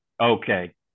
okay